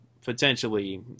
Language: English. potentially